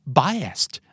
biased